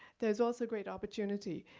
there's also a great opportunity.